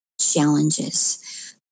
challenges